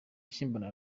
akimbona